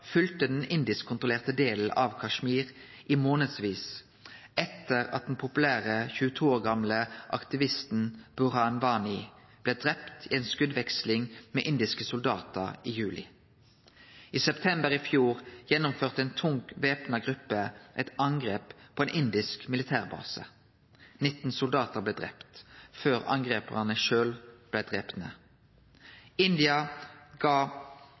den indisk-kontrollerte delen av Kashmir i månadsvis etter at den populære 22 år gamle aktivisten Burhan Wani blei drepen i ei skotveksling med indiske soldatar i juli. I september i fjor gjennomførte ei tungt væpna gruppe eit angrep på ein indisk militærbase. 19 soldatar blei drepne – før angriparane sjølve blei drepne. India gav